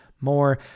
more